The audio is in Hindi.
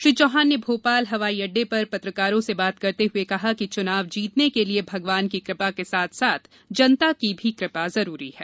श्री चौहान ने भोपाल हवाईअड्डे पर पत्रकारों से बात करते हुए कहा कि चुनाव जीतने के लिए भगवान की कृपा के साथ साथ जनता की भी कृपा जरूरी है